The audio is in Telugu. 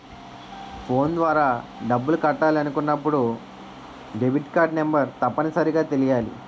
ఫోన్ ద్వారా డబ్బులు కట్టాలి అనుకున్నప్పుడు డెబిట్కార్డ్ నెంబర్ తప్పనిసరిగా తెలియాలి